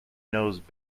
knows